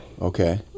okay